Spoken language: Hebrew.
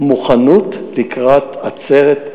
מוכנות לקראת עצרת,